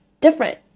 different